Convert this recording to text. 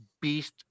beast